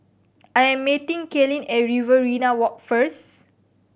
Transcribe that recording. I am meeting Kaylynn at Riverina Walk first